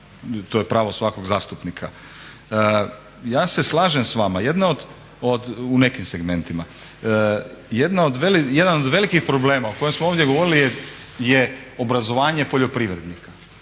to je pravo svakog zastupnika. Ja se slažem s vama u nekim segmentima. Jedan od velikih problema o kojima smo ovdje govorili je obrazovanje poljoprivrednika.